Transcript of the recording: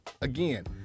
again